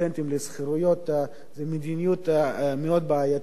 לשכירויות היא מדיניות מאוד בעייתית,